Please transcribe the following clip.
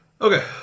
Okay